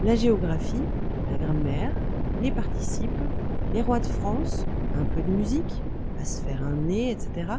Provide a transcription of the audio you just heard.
la géographie la grammaire les participes les rois de france un peu de musique à faire un nez etc